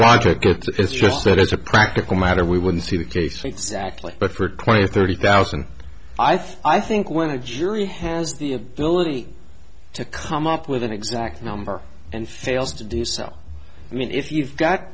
logic it's just that as a practical matter we wouldn't see the case exactly but for twenty thirty thousand i think when a jury has the ability to come up with an exact number and fails to do so i mean if you've got